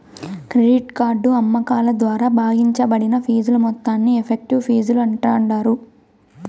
credit card అమ్మకాల ద్వారా భాగించబడిన ఫీజుల మొత్తాన్ని ఎఫెక్టివ్ ఫీజులు అంటాండారు